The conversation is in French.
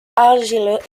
argileux